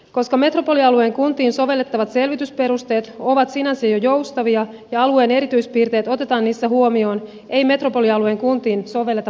koska metropolialueen kuntiin sovellettavat selvitysperusteet ovat sinänsä jo joustavia ja alueen erityispiirteet otetaan niissä huomioon ei metropolialueen kuntiin sovelleta poikkeusmenettelyä